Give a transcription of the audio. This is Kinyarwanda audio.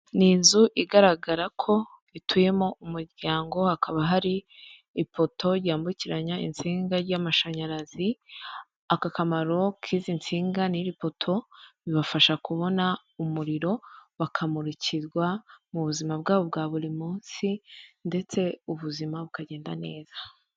Ni inzu igaragara ko ituyemo umuryango hakaba hari ipoto yambukiranya insinga ry'amashanyarazi, aka kamaro k'izi nsinga n'iri poto bibafasha kubona umuriro bakamurikirwa mu buzima bwabo bwa buri munsi ndetse ubuzima bukagenda neza.